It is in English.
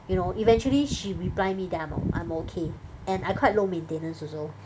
you know eventually she reply me then I'm I'm okay and I quite low maintenance also